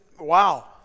wow